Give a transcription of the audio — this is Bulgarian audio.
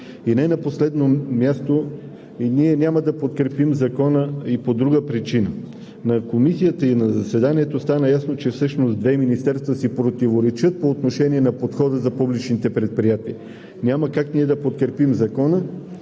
И не на последно място, ние няма да подкрепим Закона и по друга причина. На Комисията и на заседанието стана ясно, че всъщност две министерства си противоречат по отношение на подхода за публичните предприятия. Няма как ние да подкрепим Закона,